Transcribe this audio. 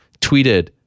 tweeted